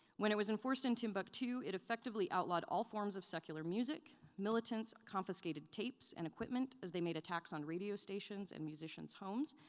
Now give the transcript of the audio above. when it was enforced in timbuktu it effectively outlawed all forms of secular music. militants confiscated tapes and equipment as they made attacks on radio stations and musicians' homes.